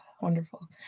wonderful